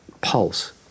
pulse